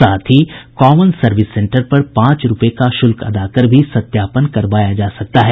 साथ ही common service centre पर पांच रूपये का शुल्क अदा कर भी सत्यापन करवाया जा सकता है